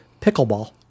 pickleball